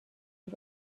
روش